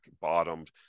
bottomed